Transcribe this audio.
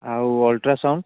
ଆଉ ଅଲ୍ଟ୍ରାସାଉଣ୍ଡ୍